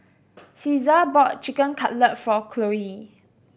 Caesar bought Chicken Cutlet for Cloe